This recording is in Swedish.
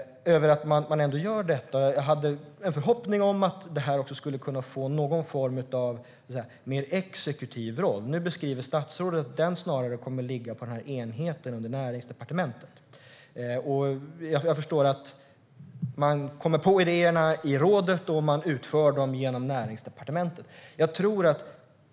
Jag hade en förhoppning om att rådet också skulle kunna få en mer exekutiv roll. Nu beskriver statsrådet att den snarare kommer att ligga på enheten inom Näringsdepartementet. Jag förstår att man kommer på idéerna i rådet och utför dem genom Näringsdepartementet.